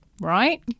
Right